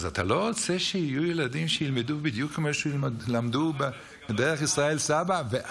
אז אתה לא רוצה שיהיו ילדים שילמדו בדיוק כמו שלמדו בדרך ישראל סבא?